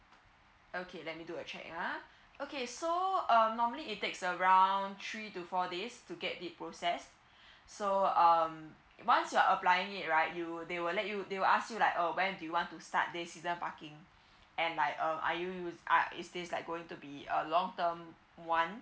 okay let me do a check ah okay so um normally it takes around three to four days to get it process so um once you're applying it right you will they will let you they will ask you like uh when do you want to start this season parking and like um are you use are is this like going to be a long term one